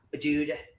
Dude